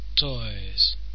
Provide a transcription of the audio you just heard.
toys